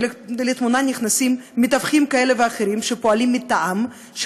שלתמונה נכנסים מתווכים כאלה ואחרים שפועלים מטעם,